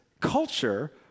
culture